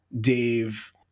Dave